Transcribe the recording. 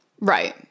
Right